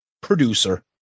producer